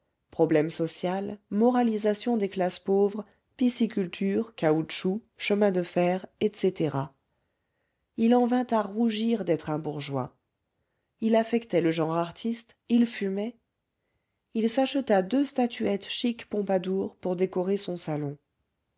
problème social moralisation des classes pauvres pisciculture caoutchouc chemins de fer etc il en vint à rougir d'être un bourgeois il affectait le genre artiste il fumait il s'acheta deux statuettes chic pompadour pour décorer son salon